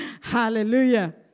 Hallelujah